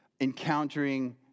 encountering